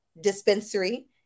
Dispensary